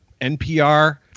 NPR